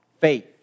faith